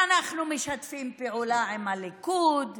שאנחנו משתפים פעולה עם הליכוד,